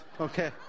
Okay